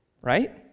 right